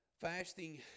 Fasting